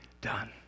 done